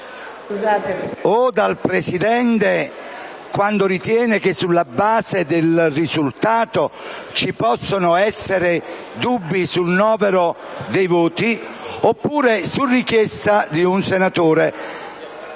o dal Presidente, quando ritiene che, sulla base del risultato, ci possano essere dubbi sul novero dei voti, oppure su richiesta di un senatore